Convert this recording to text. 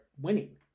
winning